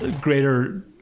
greater